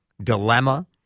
dilemma